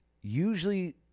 usually